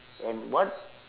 and what